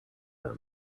them